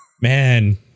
Man